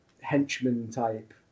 henchman-type